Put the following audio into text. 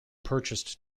purchased